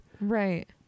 right